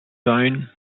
sein